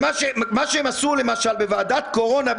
מה שהם עשו למשל בוועדת קורונה,